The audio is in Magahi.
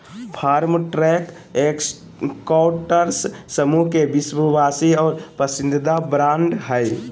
फार्मट्रैक एस्कॉर्ट्स समूह के विश्वासी और पसंदीदा ब्रांड हइ